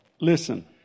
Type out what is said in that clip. Listen